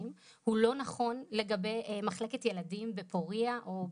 הוא לא נכון לגבי מחלקת ילדים בפוריה או בעמק.